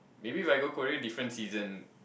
maybe if I go Korea different season